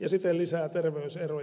ja siten lisäävät terveyseroja